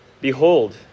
Behold